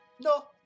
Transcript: no